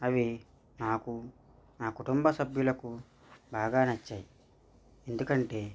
అవి నాకు నా కుటుంబ సభ్యులకు బాగా నచ్చాయి ఎందుకంటే